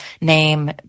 name